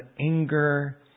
anger